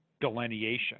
delineation